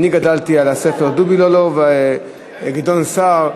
אני גדלתי על הספר "דובי לאלא", וגדעון סער,